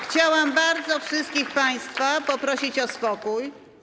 Chciałam bardzo wszystkich państwa poprosić o spokój.